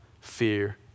fear